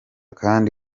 kandi